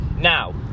Now